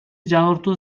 жаңыртуу